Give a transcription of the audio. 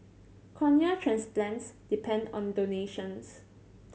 cornea transplants depend on donations